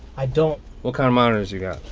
i don't what kind of monitors you got?